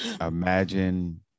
imagine